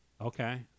Okay